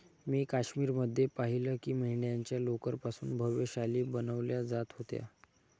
मी काश्मीर मध्ये पाहिलं की मेंढ्यांच्या लोकर पासून भव्य शाली बनवल्या जात होत्या